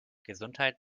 gesundheit